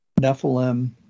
Nephilim